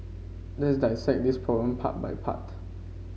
let's dissect this problem part by part